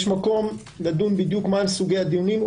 יש מקום לדון מהם סוגי הדיונים.